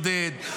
עודד,